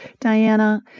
Diana